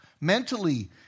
Mentally